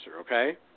Okay